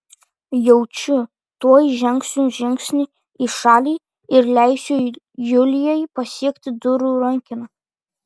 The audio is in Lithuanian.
jaučiu tuoj žengsiu žingsnį į šalį ir leisiu julijai pasiekti durų rankeną